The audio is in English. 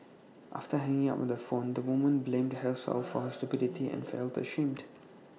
after hanging up on the phone the woman blamed herself for her stupidity and felt ashamed